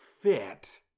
fit